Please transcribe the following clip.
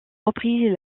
repris